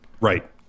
Right